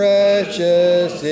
Precious